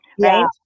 right